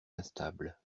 instables